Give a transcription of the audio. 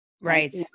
right